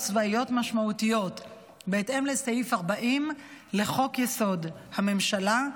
צבאיות משמעותיות בהתאם לסעיף 40 לחוק-יסוד: הממשלה,